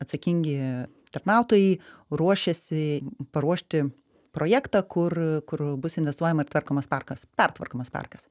atsakingi tarnautojai ruošiasi paruošti projektą kur kur bus investuojama ir tvarkomas parkas pertvarkomas parkas